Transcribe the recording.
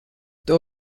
tev